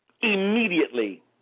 Immediately